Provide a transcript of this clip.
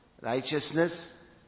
Righteousness